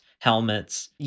helmets